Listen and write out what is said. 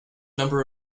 number